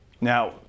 Now